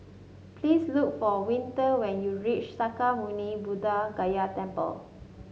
please look for Winter when you reach Sakya Muni Buddha Gaya Temple